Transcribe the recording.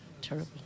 Terrible